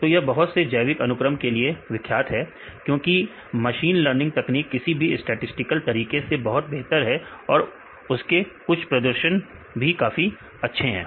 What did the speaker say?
तो यह बहुत से जैविक अनुक्रम के लिए विख्यात है क्योंकि मशीन लर्निंग तकनीक किसी भी स्टैटिसटिकल तरीके से बहुत बेहतर है और उसके कुछ प्रदर्शन भी काफी अच्छी है